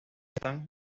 están